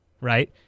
right